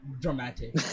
dramatic